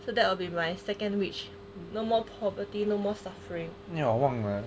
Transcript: so that will be my second wish no more poverty no more suffering